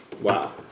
Wow